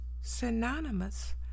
synonymous